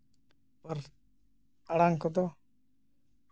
ᱟᱲᱟᱝ ᱠᱚᱫᱚ